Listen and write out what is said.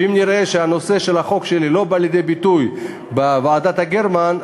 ואם נראה שהנושא של החוק שלי לא בא לידי ביטוי בוועדת גרמן,